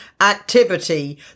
activity